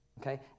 okay